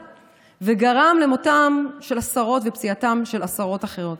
וגרם למותם של עשרות ולפציעתם של עשרות אחרים.